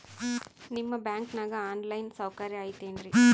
ನಿಮ್ಮ ಬ್ಯಾಂಕನಾಗ online ಸೌಕರ್ಯ ಐತೇನ್ರಿ?